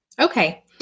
Okay